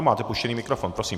Máte puštěný mikrofon, prosím.